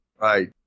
right